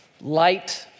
light